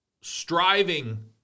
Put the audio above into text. striving